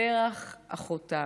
וְשֶׂרַח אֲחֹתָם",